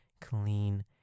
clean